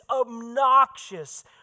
obnoxious